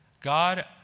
God